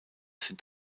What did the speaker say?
sind